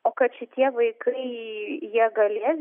o kad šitie vaikai jie galės